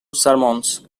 sermons